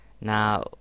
now